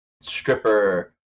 stripper